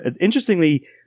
Interestingly